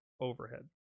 overhead